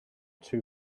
two